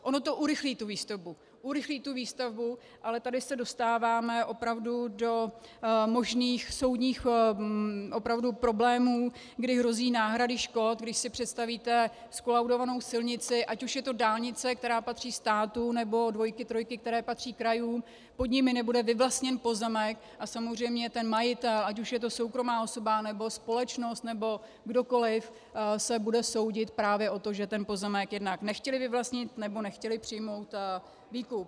Ono to urychlí tu výstavbu, ale tady se dostáváme opravdu do možných soudních problémů, kdy hrozí náhrady škod, když si představíte zkolaudovanou silnici, ať už je to dálnice, která patří státu, nebo dvojky a trojky, které patří krajům, pod nimi nebude vyvlastněn pozemek a samozřejmě ten majitel, ať už je to soukromá osoba, společnost nebo kdokoli, se bude soudit právě o to, že ten pozemek jednak nechtěli vyvlastnit nebo nechtěli přijmout výkup.